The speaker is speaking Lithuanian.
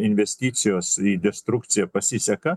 investicijos į destrukciją pasiseka